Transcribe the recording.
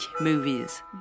movies